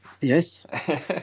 Yes